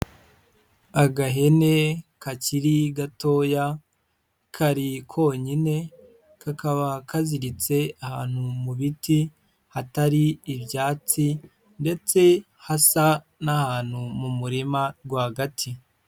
Agahene kakiri gatoya kari konyine kakaba kaziritse ahantu mu biti hatari ibyatsi ndetse hasa n'ahantu mu murima rwagati.